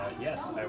yes